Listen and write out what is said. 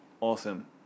Awesome